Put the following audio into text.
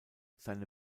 seine